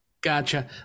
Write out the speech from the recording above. Gotcha